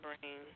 brain